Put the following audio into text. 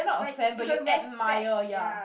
but is a respect ya